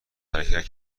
حرکت